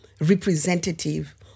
representative